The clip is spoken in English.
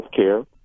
healthcare